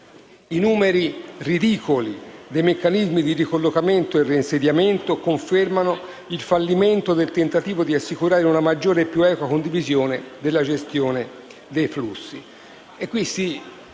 I numeri ridicoli dei meccanismi di ricollocamento e reinsediamento confermano il fallimento del tentativo di assicurare una maggiore e più equa condivisione della gestione dei flussi.